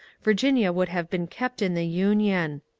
virginia would have been kept in the union.